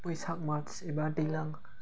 बैसाग मास एबा दैलां